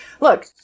Look